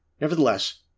Nevertheless